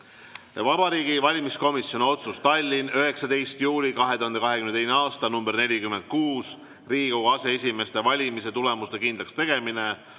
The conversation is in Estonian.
Vabariigi Valimiskomisjoni otsus Tallinn, 19. juuli 2022. aasta, nr 46. Riigikogu aseesimeeste valimise tulemuste kindlakstegemine.